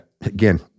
again